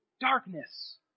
darkness